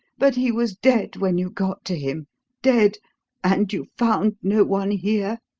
but he was dead when you got to him dead and you found no one here?